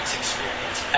experience